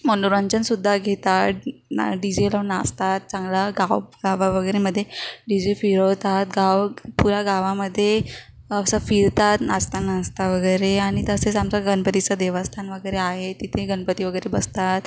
मनोरंजन सुद्धा घेतात ना डि जे लावून नाच चांगला गाव गावा वगैरेमध्ये डी जे फिरवतात गाव पुऱ्या गावामध्ये असं फिरतात नाचता नाचता वगैरे आणि तसेच आमचं गणतीचं देवस्थान वगैरे आहे तिथे गणपती वगैरे बसतात